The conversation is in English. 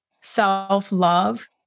self-love